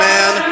Man